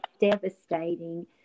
devastating